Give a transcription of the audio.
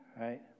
right